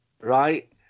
Right